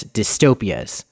dystopias